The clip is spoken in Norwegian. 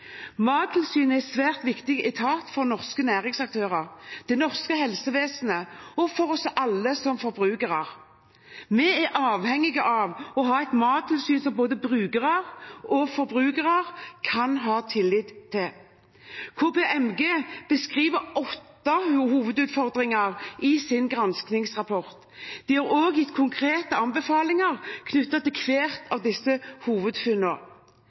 Mattilsynet er en svært viktig etat for norske næringsaktører, det norske helsevesenet og for oss alle som forbrukere. Vi er avhengige av å ha et mattilsyn som både brukere og forbrukere kan ha tillit til. KPMG beskriver åtte hovedutfordringer i sin granskingsrapport. De har også gitt konkrete anbefalinger knyttet til hvert av disse